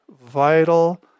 vital